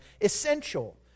essential